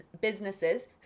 businesses